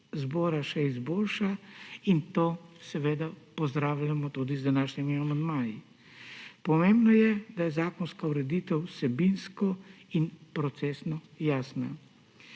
zbora še izboljša in to seveda pozdravljamo tudi z današnjimi amandmaji. Pomembno je, da je zakonska ureditev vsebinsko in procesno jasna.